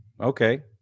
Okay